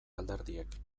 alderdiek